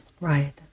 Right